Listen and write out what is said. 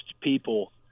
people